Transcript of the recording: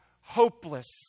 hopeless